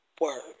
word